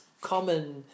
common